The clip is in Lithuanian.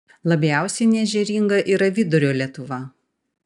labiausiai neežeringa yra vidurio lietuva